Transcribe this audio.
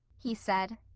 he said.